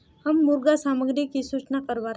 हम मुर्गा सामग्री की सूचना करवार?